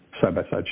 side-by-side